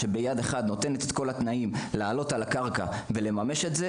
שנותנת את כל התנאים לעלות על הקרקע ולממש אותה,